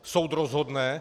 Soud rozhodne.